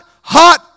hot